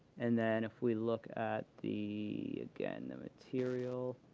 and then if we look at the again, the material.